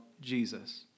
Jesus